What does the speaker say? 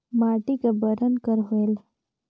माटी का बरन कर होयल?